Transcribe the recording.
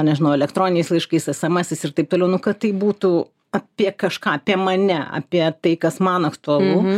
nežinau elektroniniais laiškais esemesais ir taip toliau nu kad tai būtų apie kažką apie mane apie tai kas man aktualu